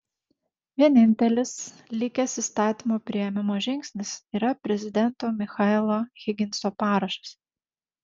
vienintelis likęs įstatymo priėmimo žingsnis yra prezidento michaelo higginso parašas